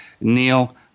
Neil